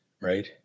right